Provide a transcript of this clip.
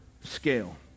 scale